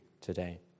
today